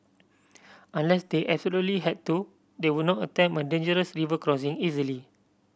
unless they absolutely had to they would not attempt a dangerous river crossing easily